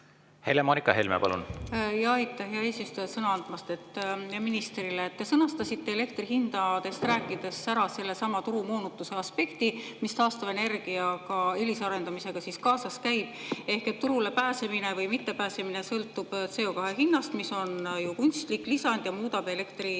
Helle-Moonika Helme, palun! Aitäh, hea eesistuja, sõna andmast! Ministrile: te sõnastasite elektri hindadest rääkides ära sellesama turumoonutuse aspekti, mis taastuvenergia eelisarendamisega kaasas käib. Turule pääsemine või mittepääsemine sõltub CO2hinnast, mis on ju kunstlik lisand ja muudab elektri hinda, mis